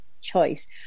choice